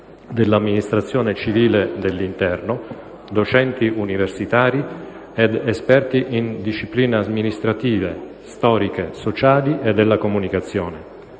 dell'Amministrazione civile dell'interno, docenti universitari ed esperti in discipline amministrative, storiche, sociali e della comunicazione.